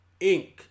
Inc